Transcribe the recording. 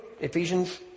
Ephesians